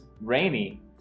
rainy